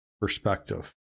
perspective